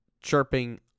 chirping